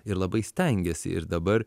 ir labai stengiasi ir dabar